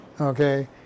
Okay